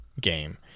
game